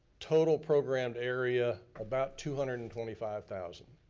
total programmed area, about two hundred and twenty five thousand,